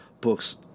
books